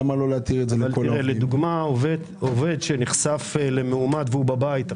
למשל, עובד שנחשף למאומת והוא בבית,